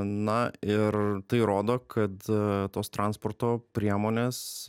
na ir tai rodo kad tos transporto priemonės